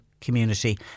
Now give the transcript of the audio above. community